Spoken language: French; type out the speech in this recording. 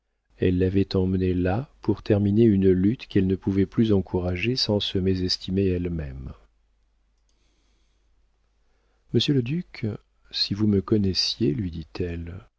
elle l'avait emmené là pour terminer une lutte qu'elle ne pouvait plus encourager sans se mésestimer elle-même monsieur le duc si vous me connaissiez lui dit-elle